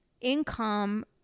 income